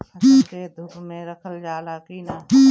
फसल के धुप मे रखल जाला कि न?